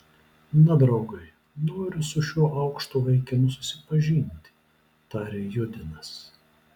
na draugai noriu su šiuo aukštu vaikinu susipažinti tarė judinas